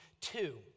two